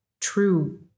true